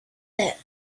that